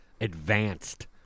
advanced